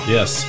Yes